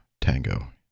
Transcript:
Tango